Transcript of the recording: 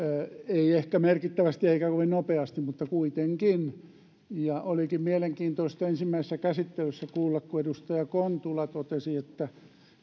ei ehkä merkittävästi eikä kovin nopeasti mutta kuitenkin olikin mielenkiintoista ensimmäisessä käsittelyssä kuulla kun edustaja kontula totesi että